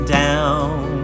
down